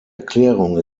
erklärung